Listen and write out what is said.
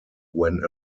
when